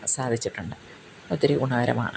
സാധിച്ചിട്ടുണ്ട് ഒത്തിരി ഗുണകരമാണ്